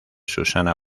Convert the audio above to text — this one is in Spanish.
susana